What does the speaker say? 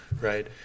right